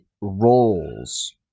roles